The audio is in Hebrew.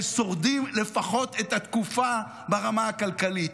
שורדים את התקופה לפחות ברמה הכלכלית.